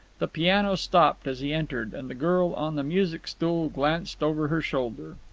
the piano stopped as he entered, and the girl on the music-stool glanced over her shoulder.